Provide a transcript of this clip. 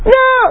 no